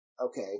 okay